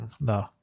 no